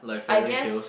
I guess